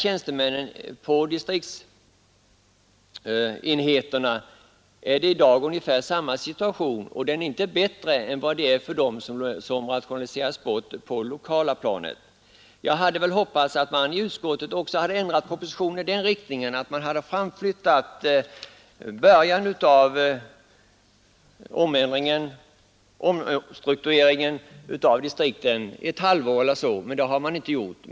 Tjänstemännen på distriktsenheterna befinner sig i dag i ungefär samma situation, och det är inte bättre för dem än för dem som rationaliseras bort på det lokala planet. Jag hade hoppats att utskottet skulle ha ändrat propositionen i den riktningen att man hade flyttat fram påbörjandet av distriktens omstrukturering ett halvår eller så, men det har utskottet inte gjort.